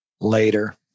Later